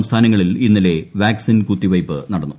സംസ്ഥാനങ്ങളിൽ ഇന്നലെ വാക്സിൻ കുത്തിവയ്പ് നടന്നു